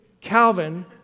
Calvin